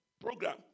program